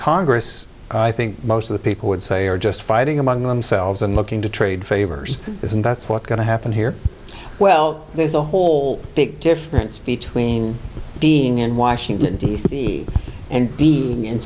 congress i think most of the people would say are just fighting among themselves and looking to trade favors is and that's what's going to happen here well there's a whole big difference between being in washington d c and be